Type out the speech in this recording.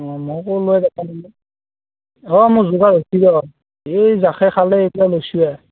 অঁ মই ক'লোৱেই অঁ মোৰ যোগাৰ হৈছে ৰহ এই জাখে খালে এইবিলাক লৈছোঁয়েই